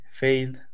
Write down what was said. faith